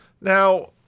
Now